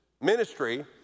ministry